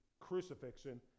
crucifixion